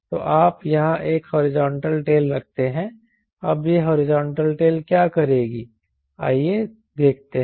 तो आप यहाँ एक हॉरिजॉन्टल टेल रखते हैं अब यह हॉरिजॉन्टल टेल क्या करेगी आइए देखते हैं